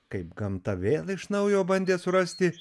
kaip gamta vėl iš naujo bandė surasti